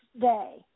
day